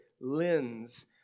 lens